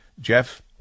Jeff